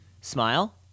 smile